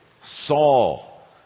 Saul